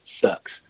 sucks